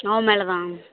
அவன் மேலே தான்